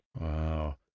Wow